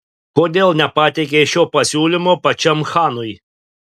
kodėl nepateikei šio pasiūlymo pačiam chanui